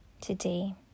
today